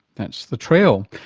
that's the trail.